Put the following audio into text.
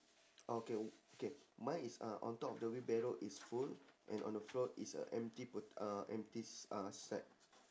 okay okay mine is uh on top of the wheelbarrow is full and on the floor is a empty pot~ uh empty s~ uh sack